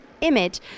image